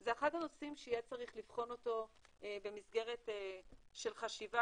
זה אחד הנושאים שיהיה צריך לבחון אותו במסגרת של חשיבה